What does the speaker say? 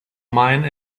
mine